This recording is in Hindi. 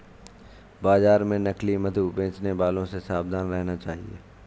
बाजार में नकली मधु बेचने वालों से सावधान रहना चाहिए